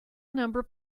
number